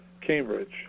Cambridge